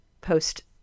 post